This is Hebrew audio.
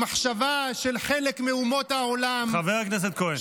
המחשבה של חלק מאומות העולם, חבר הכנסת כהן.